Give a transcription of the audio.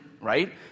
right